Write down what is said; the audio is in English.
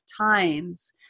times